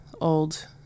Old